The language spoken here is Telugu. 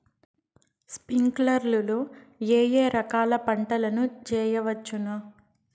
స్ప్రింక్లర్లు లో ఏ ఏ రకాల పంటల ను చేయవచ్చును?